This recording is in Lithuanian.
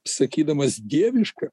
sakydamas dievišką